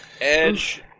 Edge